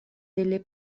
delle